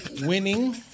winning